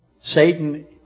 Satan